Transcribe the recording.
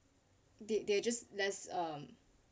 did they just less um